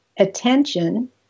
attention